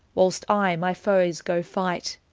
whilst i my foes goe fighte.